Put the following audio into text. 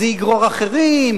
זה יגרור אחרים.